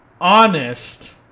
honest